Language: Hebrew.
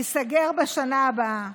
ייסגר בשנה הבאה.